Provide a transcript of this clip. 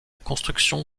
construction